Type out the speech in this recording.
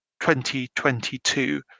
2022